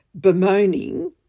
bemoaning